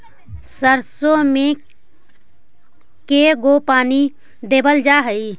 सरसों में के गो पानी देबल जा है?